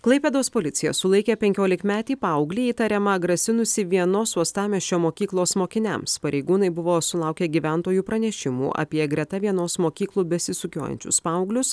klaipėdos policija sulaikė penkiolikmetį paauglį įtariama grasinusį vienos uostamiesčio mokyklos mokiniams pareigūnai buvo sulaukę gyventojų pranešimų apie greta vienos mokyklų besisukiojančius paauglius